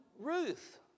Ruth